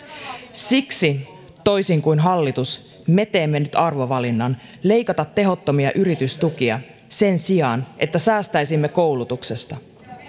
siksi toisin kuin hallitus me teemme nyt arvovalinnan leikata tehottomia yritystukia sen sijaan että säästäisimme koulutuksesta